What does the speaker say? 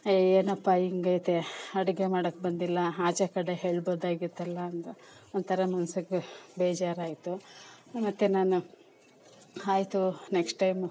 ಏನಪ್ಪಾ ಹಿಂಗೈತೆ ಅಡುಗೆ ಮಾಡೋಕೆ ಬಂದಿಲ್ಲ ಆಚೆ ಕಡೆ ಹೇಳ್ಬೋದಾಗಿತ್ತಲ್ಲ ಅಂತ ಒಂಥರ ಮನ್ಸಿಗೆ ಬೇಜಾರಾಯಿತು ಮತ್ತೆ ನಾನು ಆಯಿತು ನೆಕ್ಸ್ಟ್ ಟೈಮ್